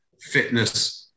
fitness